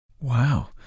Wow